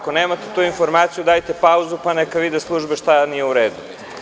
Ako nemate tu informaciju, dajte pauzu, pa neka vide službe šta nije u redu.